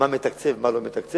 מה הוא מתקצב ומה הוא לא מתקצב,